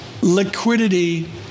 liquidity